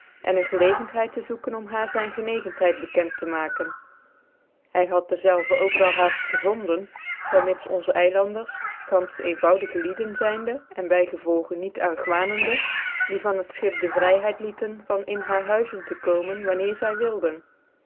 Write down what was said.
en een gclcgcnthcid te zoeken om haar zyn gcncgcnthcid bekent te maken hy had dezelve ook wel haaft gevonden vermits onze eilanders gantfeh eenvoudige lieden zijnde cn bygcvolgc niet argwaanende die van het schip de vryhcid lieten van in haar huizen te koomen wanneer zy wilde